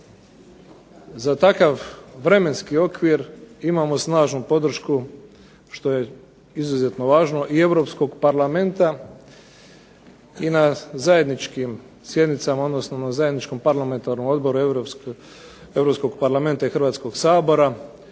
Za takav vremenski okvir imamo snažnu podršku što je izuzetno važno i Europskog parlamenta i na zajedničkim sjednicama, odnosno na zajedničkom parlamentarnom odboru Europskog parlamenta i Hrvatskoga sabora